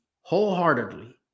wholeheartedly